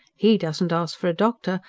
he doesn't ask for a doctor,